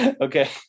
Okay